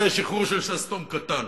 זה שחרור של שסתום קטן.